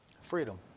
Freedom